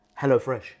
HelloFresh